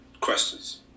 Questions